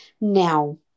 Now